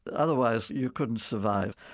but otherwise you couldn't survive.